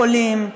חולים,